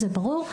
זה ברור,